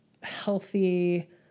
healthy